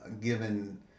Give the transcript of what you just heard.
given